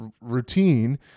routine